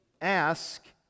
ask